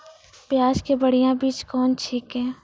प्याज के बढ़िया बीज कौन छिकै?